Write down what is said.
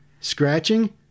scratching